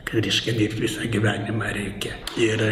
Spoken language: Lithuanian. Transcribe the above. kad reiškia dirbt visą gyvenimą reikia ir